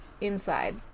inside